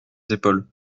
épaules